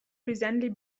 presently